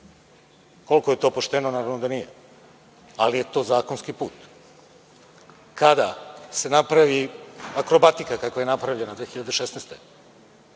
Koliko je to pošteno? Naravno da nije, ali je to zakonski put. Kada se napravi akrobatika kakva je napravljena 2016.